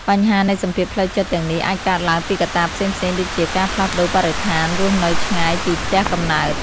បញ្ហានៃសម្ពាធផ្លូវចិត្តទាំងនេះអាចកើតឡើងពីកត្តាផ្សេងៗដូចជាការផ្លាស់ប្តូរបរិស្ថានរស់នៅឆ្ងាយពីផ្ទះកំណើត។